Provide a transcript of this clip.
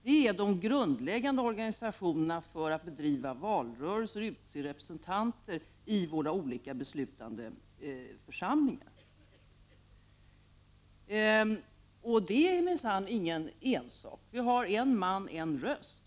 De är de grundläggande organisationerna för att bedriva valrörelser och utse representanter i våra beslutande församlingar. Det är minsann ingens ensak! Vi har en man — en röst.